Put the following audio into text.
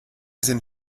sind